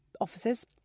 offices